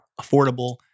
affordable